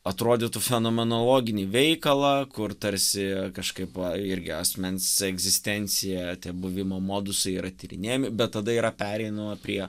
atrodytų fenomenologinį veikalą kur tarsi kažkaip irgi asmens egzistencija buvimo modusai yra tyrinėjami bet tada yra pereinama prie